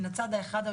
מהצד האחד,